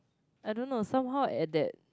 I don't know some how at that